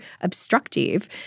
obstructive